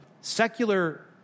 Secular